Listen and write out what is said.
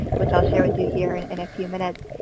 which i'll share with you here and in a few minutes.